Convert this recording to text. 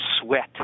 sweat